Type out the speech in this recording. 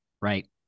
right